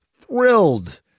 thrilled